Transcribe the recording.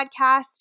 Podcast